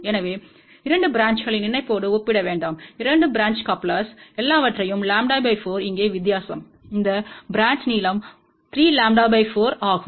எனவே 2 பிரான்ச்களின் இணைப்போடு ஒப்பிட வேண்டாம்2 பிரான்ச் கப்லெர்ஸ்கள் எல்லாவற்றையும் λ 4 இங்கே வித்தியாசம் இந்த பிரான்ச் நீளம் 3 λ 4 ஆகும்